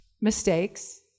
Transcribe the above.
mistakes